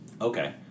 Okay